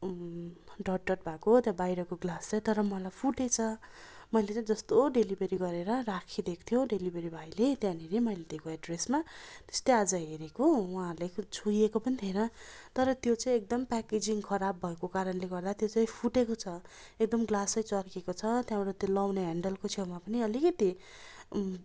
dot डट भएको त्यो बाहिरको ग्लास तर मेरो फुटेछ मैले चाहिँ जस्तो डेलिभरी गरेर राखी दिएको थियो डेलिभरी भाइले त्यहाँनिरै मैले दिएको एड्रेसमा त्यस्तै आज हेरेको उहाँले छोएको पनि थिएन तर त्यो चाहिँ एकदम प्याकेजिङ खराब भएको कारणले गर्दा त्यो चाहिँ फुटेको छ एकदम ग्लास चर्केको छ त्यहाँबाट त्यो लगाउने ह्यान्डलको छेउमा पनि अलिकिति